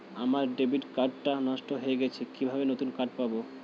আমার debit card টা নষ্ট হয়ে গেছে কিভাবে নতুন কার্ড পাব?